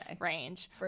range